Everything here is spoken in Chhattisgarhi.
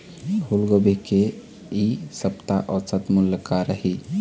फूलगोभी के इ सप्ता औसत मूल्य का रही?